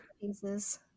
pieces